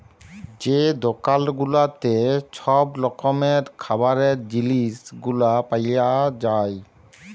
যে দকাল গুলাতে ছব রকমের খাবারের জিলিস গুলা পাউয়া যায়